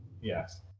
Yes